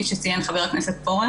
כפי שציין ח"כ פורר,